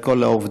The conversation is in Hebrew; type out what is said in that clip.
את כל העובדים,